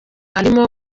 arimo